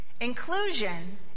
Inclusion